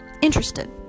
Interested